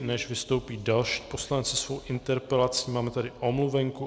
Než vystoupí další poslanci se svou interpelací, máme tady omluvenku.